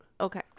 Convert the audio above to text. Okay